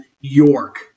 York